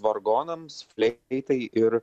vargonams fleitai ir